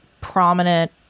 prominent